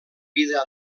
vida